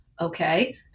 Okay